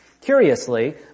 Curiously